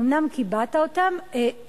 אומנם קיבעת אותם,